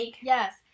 Yes